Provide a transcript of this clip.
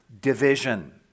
division